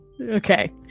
okay